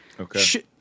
Okay